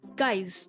guys